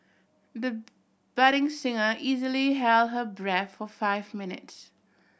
the budding singer easily held her breath for five minutes